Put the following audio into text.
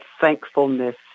thankfulness